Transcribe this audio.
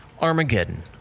Armageddon